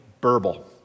burble